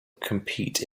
compete